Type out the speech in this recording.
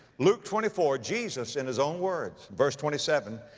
luke twenty four, jesus in his own words, verse twenty seven,